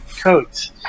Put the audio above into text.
coats